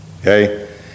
okay